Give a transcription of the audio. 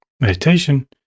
meditation